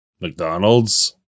McDonald's